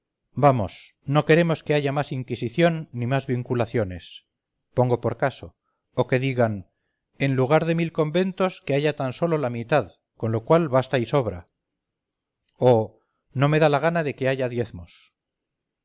vamos no queremos que haya más inquisición ni más vinculaciones pongo por caso o que digan en lugar de mil conventos que haya tan sólo la mitad con lo cual basta y sobra o no me da la gana de que haya diezmos